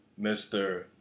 Mr